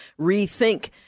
rethink